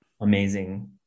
Amazing